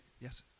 Yes